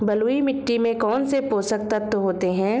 बलुई मिट्टी में कौनसे पोषक तत्व होते हैं?